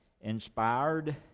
inspired